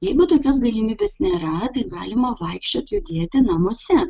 jeigu tokios galimybės nėra tai galima vaikščiot judėti namuose